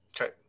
Okay